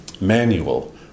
manual